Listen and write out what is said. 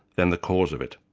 than the cause of it.